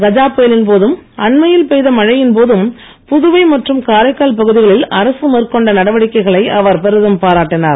கஜா புயலின்போதும் அண்மையில் பெய்த மழையின் போதும் புதுவை மற்றும் காரைக்கால் பகுதிகளில் அரசு மேற்கொண்ட நடவடிக்கைகளை அவர் பெரிதும் பாராட்டினார்